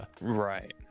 right